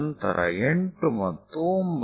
ನಂತರ 8 ಮತ್ತು 9